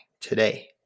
today